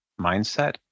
mindset